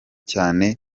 cyane